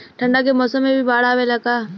ठंडा के मौसम में भी बाढ़ आवेला का?